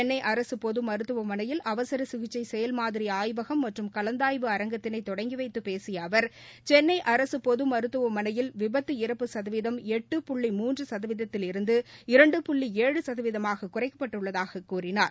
சென்னை அரசு பொது மருத்துவமனையில் அவசர சிகிச்சை செயல் மாதிரி ஆய்வகம் மற்றும் கலந்தாய்வு அரங்கத்தினை தொடங்கி வைத்து பேசிய அவர் சென்னை அரசு பொது மருத்துவமனையில் விபத்து இறப்பு சதவீதம் எட்டு புள்ளி மூன்று சதவீதத்தில் இருந்து இரண்டு புள்ளி ஏழு சதவீதமாக குறைக்கப்பட்டுள்ளதாக கூறினார்